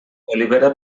olivera